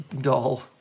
doll